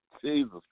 Jesus